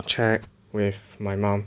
check with my mom